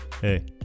Hey